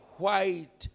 white